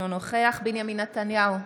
אינו נוכח בנימין נתניהו,